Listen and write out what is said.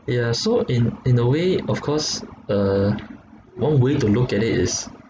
yeah so in in a way of course uh one way to look at it is